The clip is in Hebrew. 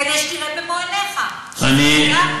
כדי שתראה במו-עיניך שזה קיים.